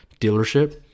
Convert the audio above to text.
dealership